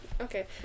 Okay